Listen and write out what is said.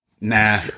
nah